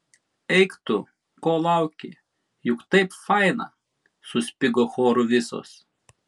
eik tu ko lauki juk taip faina suspigo choru visos